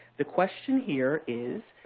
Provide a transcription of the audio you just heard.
the question here is,